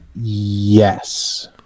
yes